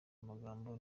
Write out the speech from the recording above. amagambo